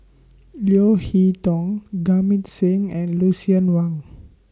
Leo Hee Tong Jamit Singh and Lucien Wang